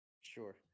Sure